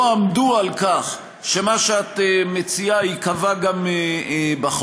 עמדו על כך שמה שאת מציעה ייקבע גם בחוק,